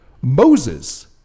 Moses